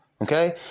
Okay